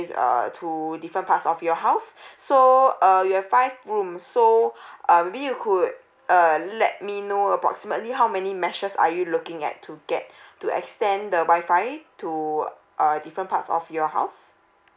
uh to different parts of your house so uh you have five rooms so err maybe you could err let me know approximately how many meshes are you looking at to get to extend the wi-fi to uh different parts of your house